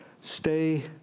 Stay